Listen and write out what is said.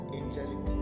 angelic